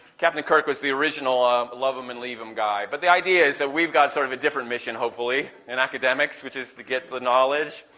captain kirk was the original um love em and leave em guy. but the idea is that we've got sort of a different mission hopefully, in academics, which is to give the knowledge,